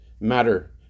matter